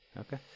Okay